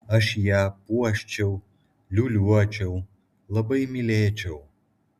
aš ją puoščiau liūliuočiau labai mylėčiau